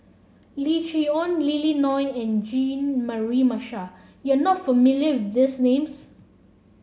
Lim Chee Onn Lily Neo and Jean Mary Marshall you are not familiar these names